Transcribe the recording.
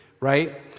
right